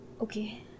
Okay